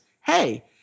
hey